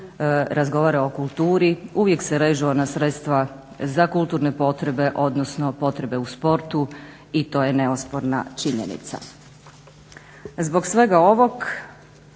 razgovara o kulturi, uvijek se režu ona sredstva za kulturne potrebe, odnosno potrebe u sportu i to je neosporna činjenica. Zbog svega ovog